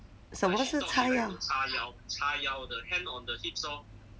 什么是叉腰